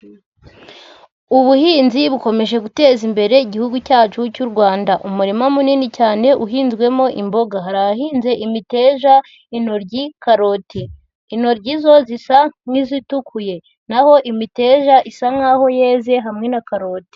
Ubuhinzi bukomeje guteza imbere igihugu cyacu cy'u Rwanda, umurima munini cyane uhinzwemo imboga, hari ahahinze imiteja, intoryi, karoti. Intoryi zo zisa nk'izitukuye naho imiteja isa nk'aho yeze hamwe na karoti.